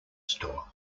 store